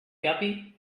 guppy